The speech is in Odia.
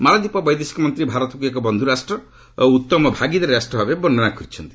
ମାଳଦୀପ ବୈଦେଶିକ ମନ୍ତ୍ରୀ ଭାରତକୁ ଏକ ବନ୍ଧ ରାଷ୍ଟ ଓ ଉଚ୍ଚତମ ଭାଗିଦାରୀ ରାଷ୍ଟ ଭାବେ ବର୍ଣ୍ଣନା କରିଛନ୍ତି